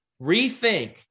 rethink